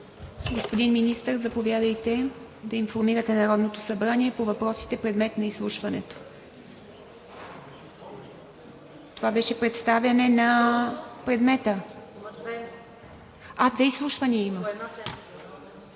Господин Министър, заповядайте да информирате Народното събрание по въпросите, предмет на изслушването. Това беше представяне на предмета. (Реплики.) А, две изслушвания има?